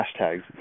hashtags